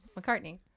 McCartney